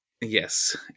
Yes